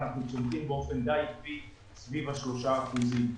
אנחנו צומחים באופן די איטי סביב השלושה אחוזים.